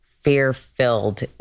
fear-filled